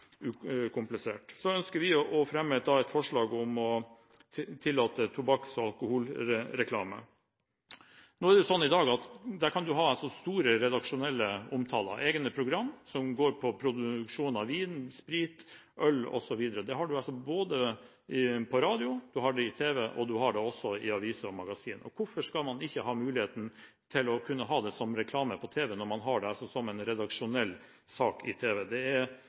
ukomplisert. Så ønsker vi å fremme et forslag om å tillate tobakks- og alkoholreklame. Nå er det slik i dag at man kan ha store redaksjonelle omtaler, egne programmer, som går på produksjon av vin, sprit, øl osv. Det har man både på radio, på tv og man har det også i aviser og magasiner. Hvorfor skal man ikke ha muligheten til å kunne ha det som reklame på tv, når man har det som en redaksjonell sak i tv?